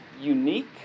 unique